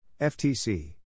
FTC